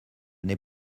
n’ai